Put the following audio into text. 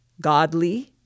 godly